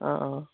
অঁ অঁ